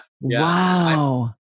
Wow